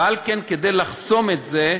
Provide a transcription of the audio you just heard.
ועל כן, כדי לחסום את זה,